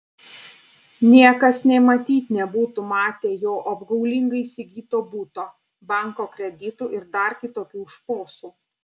niekas nė matyt nebūtų matę jo apgaulingai įsigyto buto banko kreditų ir dar kitokių šposų